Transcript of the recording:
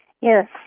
Yes